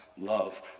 love